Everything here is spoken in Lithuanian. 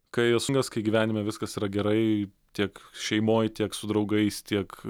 kai esu nes kai gyvenime viskas yra gerai tiek šeimoj tiek su draugais tiek